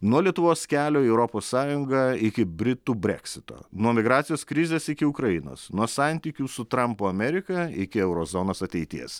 nuo lietuvos kelio į europos sąjungą iki britų breksito nuo migracijos krizės iki ukrainos nuo santykių su trampo amerika iki euro zonos ateities